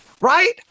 Right